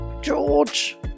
George